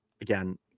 again